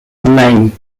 nine